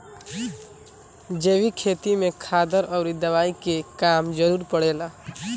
जैविक खेती में खादर अउरी दवाई के कम जरूरत पड़ेला